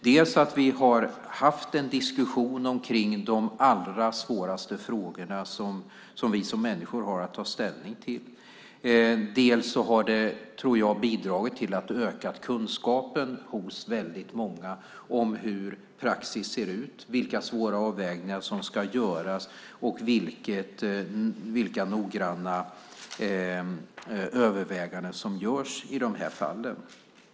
Dels har vi haft en diskussion om de allra svåraste frågor som vi som människor har att ta ställning till, dels har det hela, tror jag, bidragit till att öka kunskapen hos väldigt många om hur praxis ser ut, vilka svåra avvägningar som ska göras och vilka noggranna överväganden som görs i de här fallen.